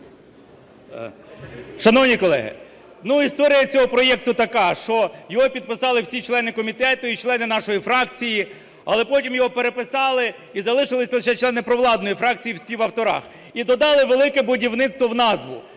Шановні колеги, ну, історія цього проекту така, що його підписали всі члени комітету і члени нашої фракції. Але потім його переписали, і залишились лише члени провладної фракції в співавторах. І додали "Велике будівництво" в назву.